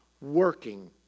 working